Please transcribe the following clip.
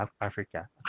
Africa